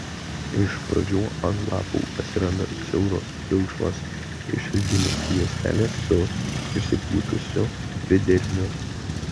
iš pradžių ant lapų atsiranda siauros pilkšvos išilginės juostelės su išsipūtusiu epidermiu